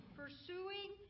pursuing